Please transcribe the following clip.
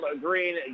Green